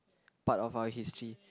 part of our history